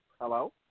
Hello